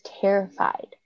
terrified